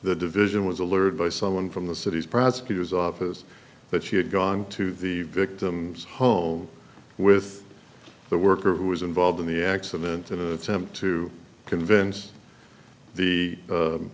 the division was alerted by someone from the city's prosecutor's office that she had gone to the victim's home with the worker who was involved in the accident in an attempt to convince the